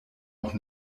auch